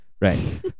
right